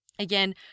Again